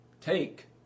Take